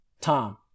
Tom